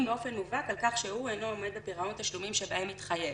באופן מובהק על כך שהוא אינו עומד בפירעון התשלומים שבהם התחייב